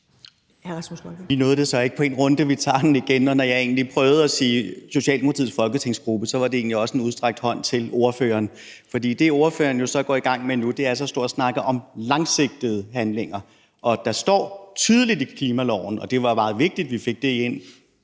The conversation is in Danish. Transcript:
Vi nåede det så ikke på én runde. Vi tager den igen, og når jeg prøvede at sige Socialdemokratiets folketingsgruppe, var det egentlig også en udstrakt hånd til ordføreren. For det, som ordføreren jo så går i gang med nu, er at stå og snakke om langsigtede handlinger, og der står tydeligt i klimaloven – og det var jo meget vigtigt, at vi fik det ind